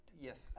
Yes